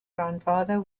grandfather